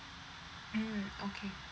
mm okay